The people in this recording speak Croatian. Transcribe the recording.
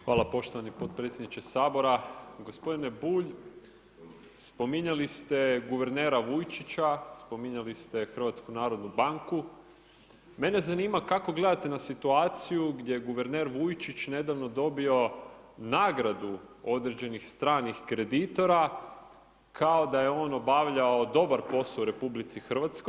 Hvala poštovani podpredsjedniče sabora, gospodine Bulj spominjali ste guvernera Vujčića, spominjali ste HNB, mene zanima kako gledate na situaciju gdje je guverner Vujčić nedavno dobio nagradu određenih stranih kreditora kao da je on obavljao dobar posao u RH.